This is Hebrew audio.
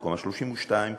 במקום ה-32,